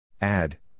Add